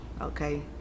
okay